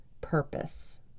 purpose